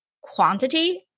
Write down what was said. quantity